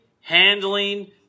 handling